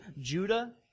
Judah